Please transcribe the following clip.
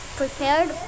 prepared